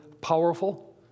powerful